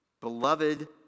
Beloved